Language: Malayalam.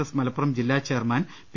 എസ് മലപ്പുറം ജില്ലാ ചെയർമാൻ പി